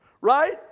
Right